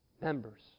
members